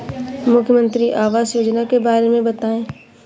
मुख्यमंत्री आवास योजना के बारे में बताए?